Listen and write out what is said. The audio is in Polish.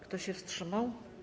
Kto się wstrzymał?